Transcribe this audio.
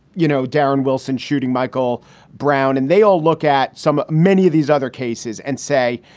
you know, darren wilson shooting michael brown and they all look at some many of these other cases and say,